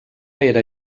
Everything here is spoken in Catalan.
era